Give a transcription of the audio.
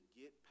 get